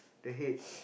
the head